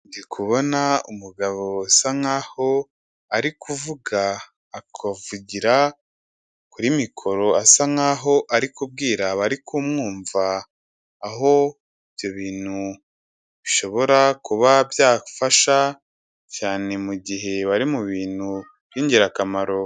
Ndi kubona umugabo usa nk'aho ari kuvuga akavugira kuri mikoro asa nk'aho ari kubwira abari kumwumva, aho ibyo bintu bishobora kuba byafasha cyane mu gihe bari mu bintu by'ingirakamaro.